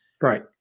Right